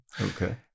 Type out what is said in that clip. Okay